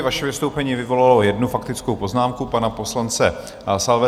Vaše vystoupení vyvolalo jednu faktickou poznámku pana poslance Salvetra.